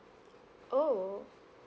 oh